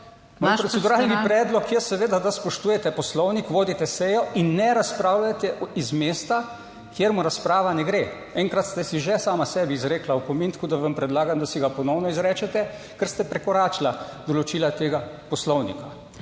Moj proceduralni predlog je seveda, da spoštujete Poslovnik, vodite sejo in ne razpravljate iz mesta, kjer mu razprava ne gre. Enkrat ste si že sama sebi izrekla opomin, tako da vam predlagam, da si ga ponovno izrečete, ker ste prekoračili določila tega Poslovnika.